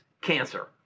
cancer